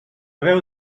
veu